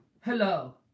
Hello